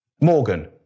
Morgan